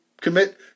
commit